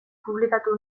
publikatu